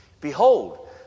Behold